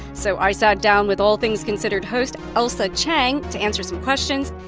so i sat down with all things considered host ailsa chang to answer some questions.